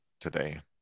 today